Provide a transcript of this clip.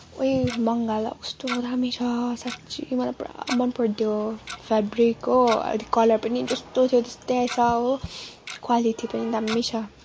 ओइ मगा ल कस्तो दामी छ साँच्चै मलाई पुरा मन पऱ्यो त्यो फेब्रिक हो अनि कलर पनि जस्तो थियो त्यस्तै आएछ हो क्वालिटी पनि दामी छ